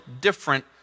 different